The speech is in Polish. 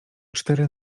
cztery